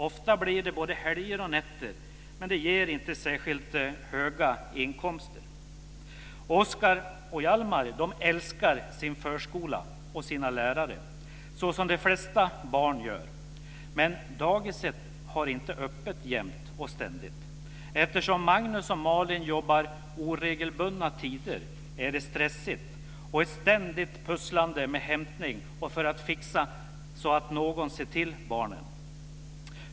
Ofta blir det både helger och nätter, men det ger inte särskilt höga inkomster. Oskar och Hjalmar älskar sin förskola och sina lärare, så som de flesta barn gör. Men dagiset har inte öppet jämt och ständigt. Eftersom Magnus och Malin jobbar oregelbundna tider är det stressigt och ett ständigt pusslande för att hämta och för att fixa så att någon ser till barnen.